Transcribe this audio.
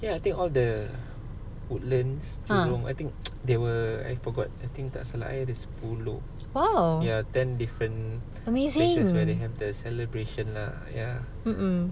ya I think all the woodlands jurong I think they were I forgot I think tak salah I ada sepuluh ya ten different places where they have the celebration lah ya